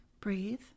breathe